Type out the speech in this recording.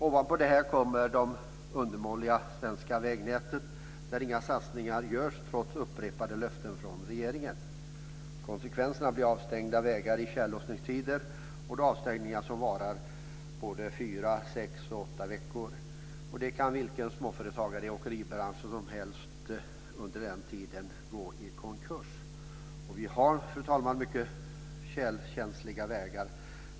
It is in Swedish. Ovanpå detta kommer det undermåliga svenska vägnätet där inga satsningar görs trots upprepade löften från regeringen. Konsekvenserna blir avstängda vägar i tjällossningstider, avstängningar som kan vara i både fyra, sex och åtta veckor. Detta kan få vilken småföretagare i åkeribranschen som helst att gå i konkurs. Vi har också, fru talman, mycket tjälkänsliga vägar.